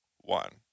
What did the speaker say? one